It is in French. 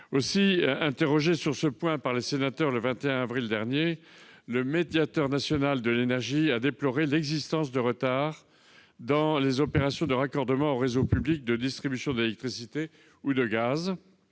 les sénateurs sur ce point, le 21 avril dernier, le médiateur national de l'énergie a déploré l'existence de retards dans les opérations de raccordement au réseau public de distribution d'électricité ou de gaz,